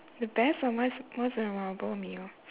the best or most most memorable meal